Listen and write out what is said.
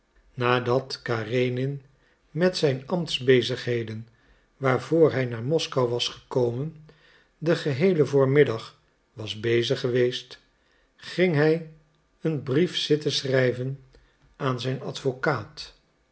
nadat karenin met zijn ambtsbezigheden waarvoor hij naar moskou was gekomen den geheelen voormiddag was bezig geweest ging hij een brief zitten schrijven aan zijn advocaat